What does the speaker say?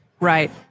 Right